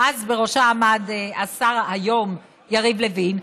שאז בראשה עמד השר היום יריב לוין.